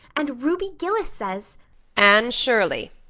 and ruby gillis says anne shirley,